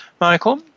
Michael